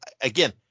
Again